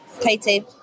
Katie